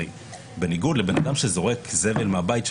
הרי בניגוד לבן אדם שזורק זבל מהבית שלו,